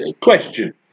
question